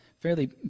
fairly